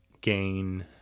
gain